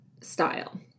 style